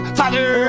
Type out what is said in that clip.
father